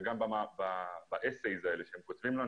וגם במה שהם כותבים לנו